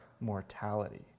mortality